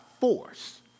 force